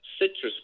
Citrus